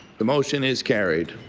the motion is carried.